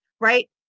right